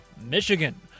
Michigan